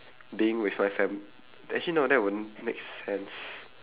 being with my fam~ actually no that won't make sense